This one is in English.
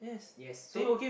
yes so